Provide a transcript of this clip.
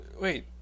wait